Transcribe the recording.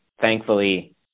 thankfully